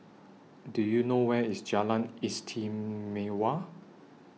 Do YOU know Where IS Jalan Istimewa